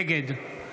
נגד